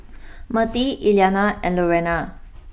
Mertie Elliana and Lurena